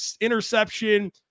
interception